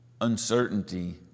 uncertainty